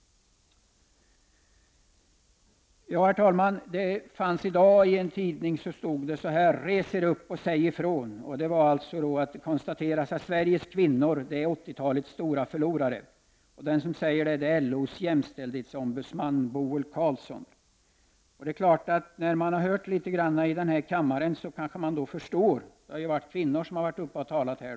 Herr talman! I dag står det så här i en tidning: Res er upp och säg ifrån! Det konstateras där att Sveriges kvinnor är 1980-talets stora förlorare. Den som säger det är LO:s jämställdhetsombudsman, Boel Carlsson. När man har hört debatten här i kammaren kanske man förstår slutklämmen — det är ju kvinnor som varit uppe och talat här.